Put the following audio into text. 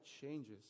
changes